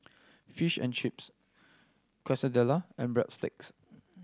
Fish and Chips Quesadilla and Breadsticks